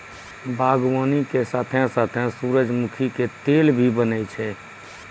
बागवानी के साथॅ साथॅ सूरजमुखी के तेल भी बनै छै